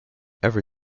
every